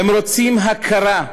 הם רוצים הכרה.